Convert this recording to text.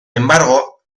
embargo